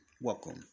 welcome